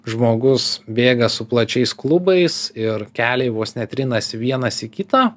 žmogus bėga su plačiais klubais ir keliai vos ne trinasi vienas į kitą